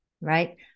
right